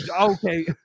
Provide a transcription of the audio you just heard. okay